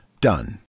done